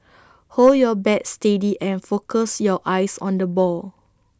hold your bat steady and focus your eyes on the ball